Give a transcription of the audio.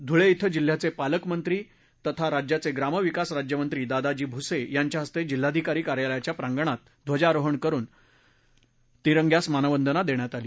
ध्ळे श्विं जिल्ह्याचे पालकमंत्री तथा राज्याचे ग्रामविकास राज्यमंत्री दादाजी भूसे यांच्या हस्ते जिल्हाधिकारी कार्यालयाच्या प्रागंणात ध्वजारोहण करुन तिरंग्यास मानवंदना देण्यात आली